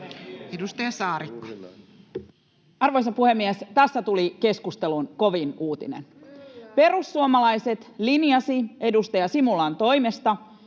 12:57 Content: Arvoisa puhemies! Tästä tuli keskustelun kovin uutinen: perussuomalaiset linjasi edustaja Simulan toimesta